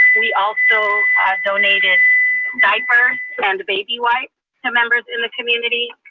we also donated diapers and the baby wipe so members in the community,